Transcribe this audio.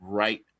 right